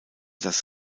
das